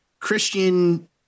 Christian